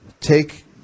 take